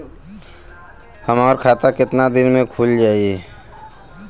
हमर खाता कितना केतना दिन में खुल जाई?